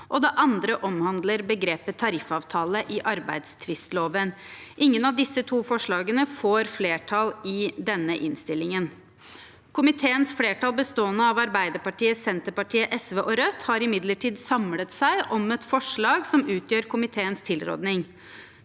og det andre omhandler begrepet «tariffavtale» i arbeidstvistloven. Ingen av disse to forslagene får flertall i denne innstillingen. Komiteens flertall bestående av Arbeiderpartiet, Senterpartiet, SV og Rødt har imidlertid samlet seg om et forslag som utgjør komiteens tilråding: